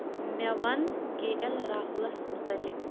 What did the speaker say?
مے ون K L راہُلس مُتعلق